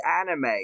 anime